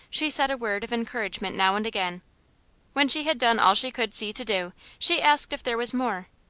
she said a word of encouragement now and again when she had done all she could see to do, she asked if there was more.